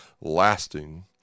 lasting